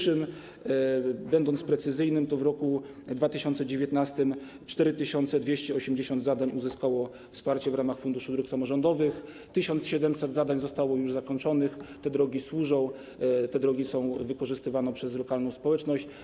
Chcę być precyzyjny, w 2019 r. 4280 zadań uzyskało wsparcie w ramach Funduszu Dróg Samorządowych, 1700 zadań zostało już zakończonych, te drogi służą, te drogi są wykorzystywane przez lokalną społeczność.